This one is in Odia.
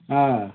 ହଁ